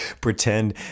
pretend